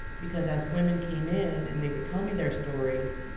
because as women came in, and they would tell me their stories,